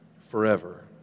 forever